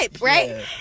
right